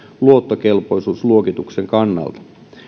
luottokelpoisuusluokituksen kannalta